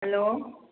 hello